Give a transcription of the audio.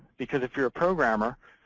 because if you're a programmer,